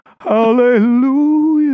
hallelujah